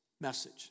message